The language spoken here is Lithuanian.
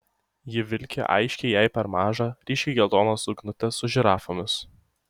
ji vilki aiškiai jai per mažą ryškiai geltoną suknutę su žirafomis